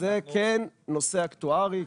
זה כן נושא אקטוארי,